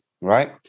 right